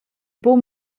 buca